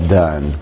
done